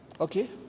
Okay